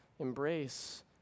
Embrace